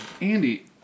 Andy